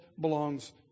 belongs